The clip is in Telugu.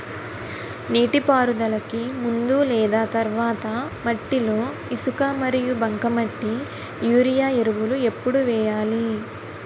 నీటిపారుదలకి ముందు లేదా తర్వాత మట్టిలో ఇసుక మరియు బంకమట్టి యూరియా ఎరువులు ఎప్పుడు వేయాలి?